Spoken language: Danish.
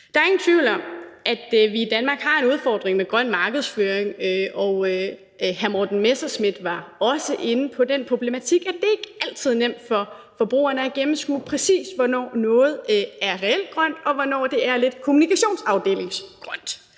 Der er ingen tvivl om, at vi i Danmark har en udfordring med grøn markedsføring, og hr. Morten Messerschmidt var også inde på den problematik, at det ikke altid er nemt for forbrugerne at gennemskue præcis, hvornår noget er reelt grønt, og hvornår det er lidt kommunikationsafdelingsgrønt.